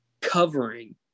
covering